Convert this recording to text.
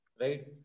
right